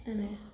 અને